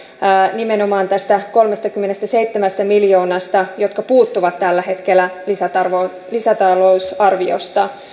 nimenomaan tästä kolmestakymmenestäseitsemästä miljoonasta jotka puuttuvat tällä hetkellä lisätalousarviosta